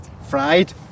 Fried